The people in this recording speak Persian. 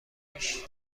پیش